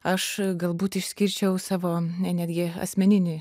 aš galbūt išskirčiau savo netgi asmeninį